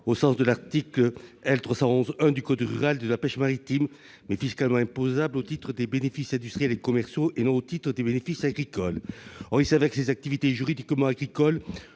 au sens de l'article L. 311-1 du code rural et de la pêche maritime, mais fiscalement imposables au titre des bénéfices industriels et commerciaux, et non au titre des bénéfices agricoles. Or ces activités, juridiquement agricoles,